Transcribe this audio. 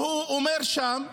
והוא אומר שם: